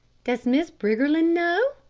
does miss briggerland know?